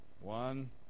one